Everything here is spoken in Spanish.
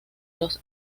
los